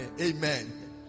Amen